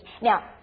Now